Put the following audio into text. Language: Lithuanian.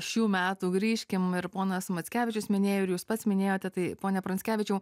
šių metų grįžkim ir ponas mackevičius minėjo ir jūs pats minėjote tai pone pranckevičiau